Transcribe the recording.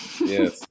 Yes